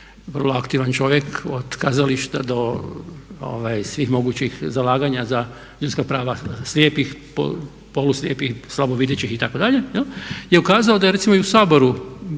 vrlo aktivan čovjek od kazališta do svih mogućih zalaganja za ljudska prava slijepih, poluslijepih, slabo videćih itd. je ukazao da je recimo i u Saboru